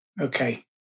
Okay